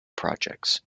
projects